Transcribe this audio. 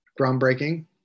groundbreaking